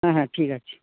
হ্যাঁ হ্যাঁ ঠিক আছে